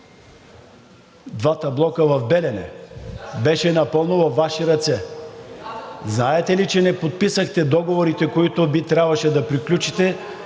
двата блока в Белене? Беше напълно във Ваши ръце. Знаете ли, че не подписахте договорите, които трябваше да приключите.